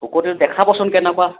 শুকতি দেখাবচোন কেনেকুৱা